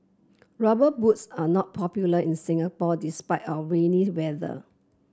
rubber boots are not popular in Singapore despite our rainy weather